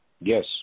Yes